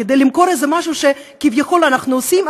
כדי למכור איזה משהו שכביכול אנחנו עושים,